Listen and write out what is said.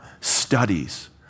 studies